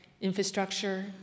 Infrastructure